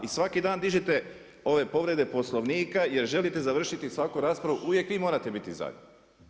I svaki dan dižete ove povrede Poslovnika jer želite završiti svaku raspravu, uvijek vi morate biti zadnji.